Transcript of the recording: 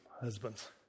husbands